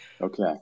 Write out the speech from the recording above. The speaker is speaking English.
Okay